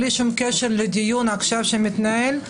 בלי קשר לדיון שעכשיו מתנהל,